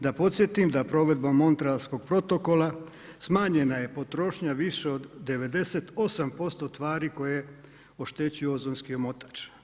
Da podsjetim da provedbom Montrealskog protokola, smanjena je potrošnja više od 98% tvari koje oštećuju ozonski omotač.